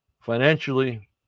financially